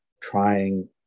trying